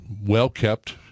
well-kept